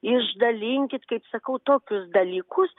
išdalinkit kaip sakau tokius dalykus